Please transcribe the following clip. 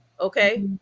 okay